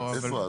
לא.